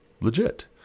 legit